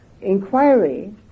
Inquiry